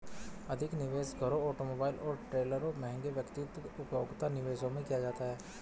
अधिक निवेश घरों ऑटोमोबाइल और ट्रेलरों महंगे व्यक्तिगत उपभोग्य निवेशों में किया जाता है